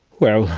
well,